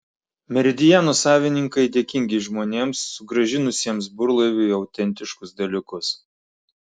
meridiano savininkai dėkingi žmonėms sugrąžinusiems burlaiviui autentiškus dalykus